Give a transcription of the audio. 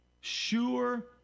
sure